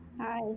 Hi